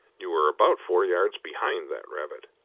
you were about four yards behind that rabbit.